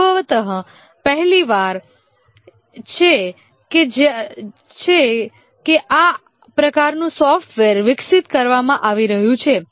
સંભવત પહેલી વાર છે કે આ પ્રકારનું સોફ્ટવેર વિકસિત કરવામાં આવી રહ્યું છે